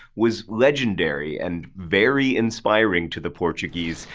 was legendary and very inspiring to the portuguese.